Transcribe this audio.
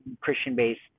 Christian-based